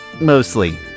mostly